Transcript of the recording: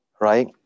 Right